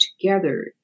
together